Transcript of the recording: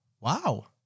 Wow